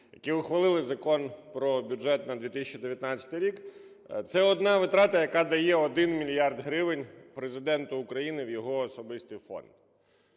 які ухвалили Закон "Про Державний бюджет на 2019 рік" – це одна витрата, яка дає 1 мільярд гривень Президенту України в його особистий фонд.